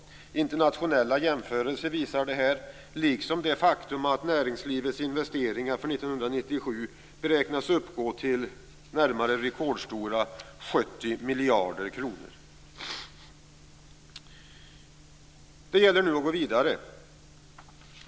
Internationella jämförelser visar detta liksom det faktum att näringslivets investeringar för 1997 beräknas uppgå till nästan rekordstora 70 miljarder kronor. Det gäller nu att gå vidare.